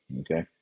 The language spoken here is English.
okay